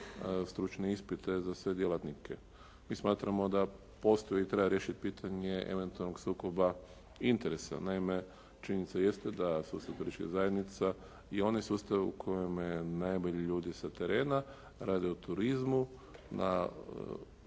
stručne ispite za sve djelatnike. Mi smatramo da postoji i treba riješiti pitanje eventualnog sukoba interesa. Naime, činjenica jeste da sustav turističkih zajednica je onaj sustav u kojem najbolji ljudi sa terena rade u turizmu na ja